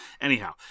Anyhow